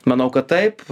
manau kad taip